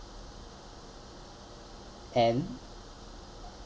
and